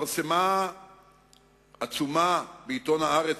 התפרסמה עצומה בעיתון "הארץ".